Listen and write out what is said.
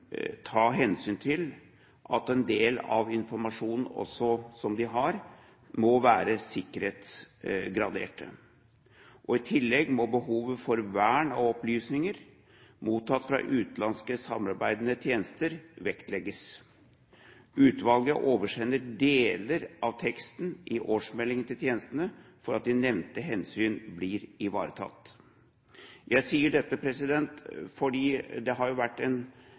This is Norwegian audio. ta hensyn til at en del av den informasjonen som det har, må være sikkerhetsgradert. I tillegg må behovet for vern av opplysninger mottatt fra utenlandske samarbeidende tjenester vektlegges. Utvalget oversender deler av teksten i årsmeldingen til tjenestene for at de nevnte hensyn skal bli ivaretatt. Jeg sier dette fordi det har vært en